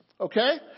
Okay